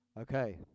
Okay